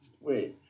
wait